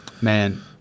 Man